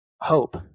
hope